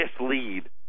mislead